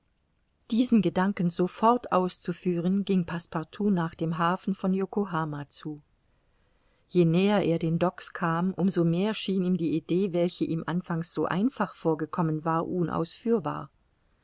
diesen gedanken sofort auszuführen ging passepartout nach dem hafen von yokohama zu je näher er den docks kam um so mehr schien ihm die idee welche ihm anfangs so einfach vorgekommen war unausführbar